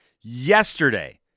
yesterday